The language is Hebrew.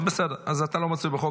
אתה לא מצוי בחוק,